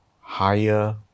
higher